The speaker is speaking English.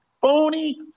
phony